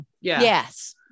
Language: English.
Yes